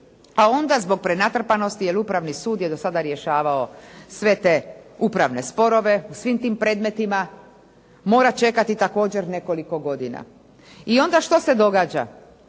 pa onda zbog prenatrpanosti jer Upravni sud je do sada rješavao sve te upravne sporove u svim tim predmetima mora čekati također nekoliko godina. I onda što se događa?